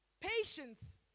patience